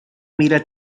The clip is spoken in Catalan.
mira